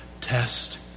Test